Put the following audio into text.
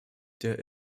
der